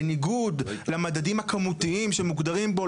בניגוד למדדים הכמותיים שמוגדרים בו,